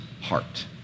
Heart